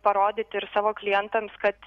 parodyti ir savo klientams kad